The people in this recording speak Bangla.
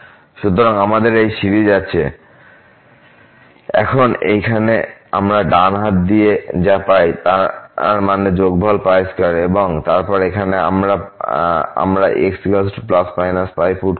সুতরাং আমাদের এই সিরিজ আছে এখন এইখানে আমরা ডান হাত দিয়ে যা পাই তার মানে যোগফল 2 এবং তারপর এখানে আমরা x±π পুট করবো